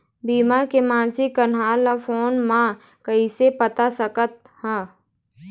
बीमा के मासिक कन्हार ला फ़ोन मे कइसे पता सकत ह?